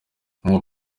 nk’uko